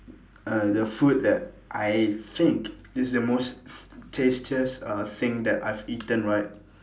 uh the food that I think is the most tastiest uh thing that I've eaten right